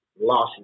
losses